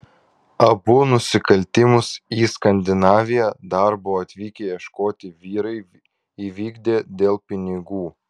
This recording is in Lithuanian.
abu nusikaltimus į skandinaviją darbo atvykę ieškoti vyrai įvykdė dėl pinigų